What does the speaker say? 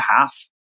half